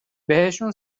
بهشون